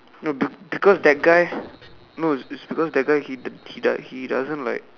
no be because that guy no it's because that guy he he doesn't like